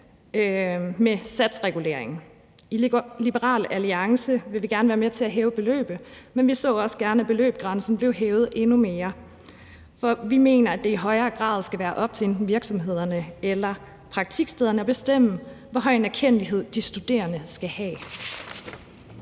med satsreguleringen. I Liberal Alliance vil vi gerne være med til hæve beløbet, men vi så også gerne, at beløbsgrænsen blev hævet endnu mere, for vi mener, at det i højere grad skal være op til enten virksomhederne eller praktikstederne at bestemme, hvor stor en erkendtlighed de studerende skal have.